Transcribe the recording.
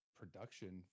production